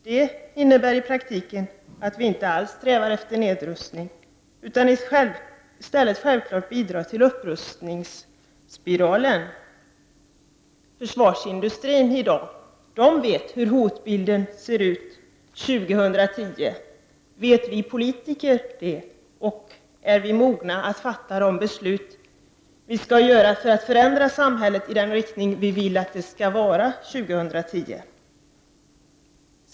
Det innebär i praktiken att vi inte alls strävar efter nedrustning utan i stället självklart bidrar till upprustningsspiralen. Försvarsindustrin vet hur hotbilden ser ut 2010. Vet vi politiker det, och är vi mogna att fatta de beslut som krävs för att förändra samhället i den riktning vi vill inför 2010?